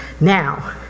now